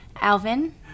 Alvin